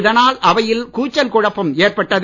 இதனால் அவையில் கூச்சல் குழப்பம் ஏற்பட்டது